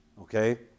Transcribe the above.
Okay